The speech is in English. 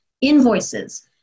invoices